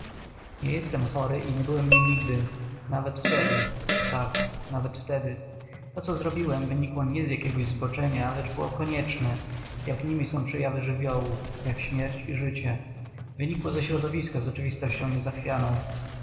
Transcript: ja nie jestem chory i nie byłem nim nigdy nawet wtedy tak nawet wtedy to co zrobiłem wynikło nie z jakiegoś zboczenia lecz było konieczne jak nimi są przejawy żywiołów jak śmierć i życie wynikło ze środowiska z